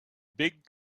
big